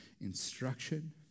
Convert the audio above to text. instruction